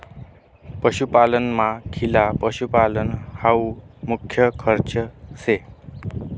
पशुपालनमा खिला पशुपालन हावू मुख्य खर्च शे